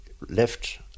left